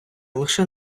лише